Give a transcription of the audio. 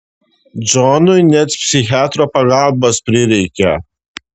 džonui net psichiatro pagalbos prireikė